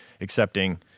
accepting